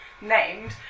named